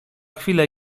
chwilę